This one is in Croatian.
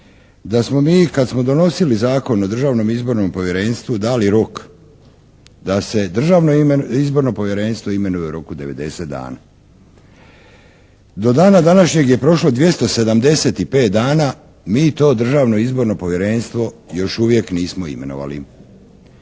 da smo mi kad smo donosili Zakon o Državnom izbornom povjerenstvu dali rok da se Državno izborno povjerenstvo imenuje u roku 90 dana. Do dana današnjeg je prošlo 275 dana. Mi to Državno izborno povjerenstvo još uvijek nismo imenovali.